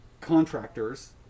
contractors